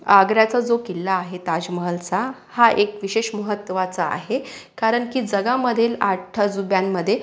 आग्र्याचा जो किल्ला आहे ताजमहालचा हा एक विशेष महत्त्वाचा आहे कारण की जगामधील आठ अजुब्यांमध्ये